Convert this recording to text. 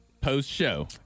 post-show